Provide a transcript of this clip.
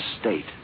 state